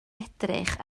edrych